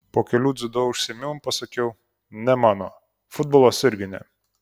po kelių dziudo užsiėmimų pasakiau ne mano futbolas irgi ne